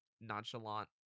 nonchalant